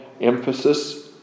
emphasis